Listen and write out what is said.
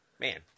Man